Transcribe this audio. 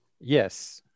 Yes